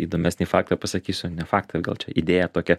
įdomesnį faktą pasakysiu ne faktą gal čia idėja tokia